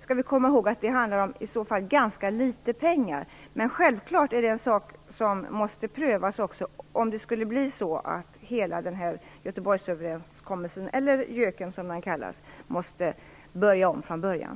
skall vi komma ihåg att det handlar om ganska litet pengar. Men självklart måste också detta prövas om nu hela Göteborgsöverenskommelsen, eller Göken, som den kallas, måste börja om från början.